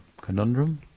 Conundrum